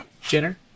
Jenner